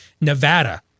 Nevada